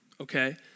okay